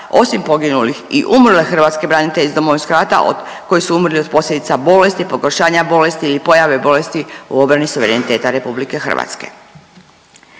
osim poginulih i umrle hrvatske branitelje iz Domovinskog rata koji su umrli od posljedica bolesti, pogoršanja bolesti ili pojave bolesti u obrani suvereniteta RH. Kad se